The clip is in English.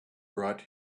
brought